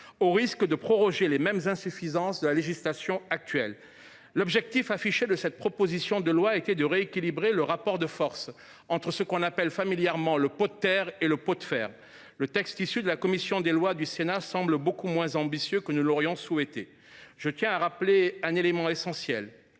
au risque de laisser perdurer les insuffisances de la législation actuelle. L’objectif affiché de cette proposition de loi était de rééquilibrer le rapport de force entre ce que l’on appelle familièrement le pot de terre et le pot de fer. À cet égard, le texte issu de la commission des lois du Sénat semble beaucoup moins ambitieux que nous ne l’aurions souhaité. Je tiens à rappeler un élément essentiel